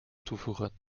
toevoegen